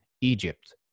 Egypt